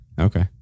Okay